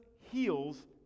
heals